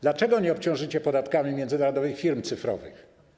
Dlaczego nie obciążycie podatkami międzynarodowych firm cyfrowych?